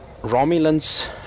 romulan's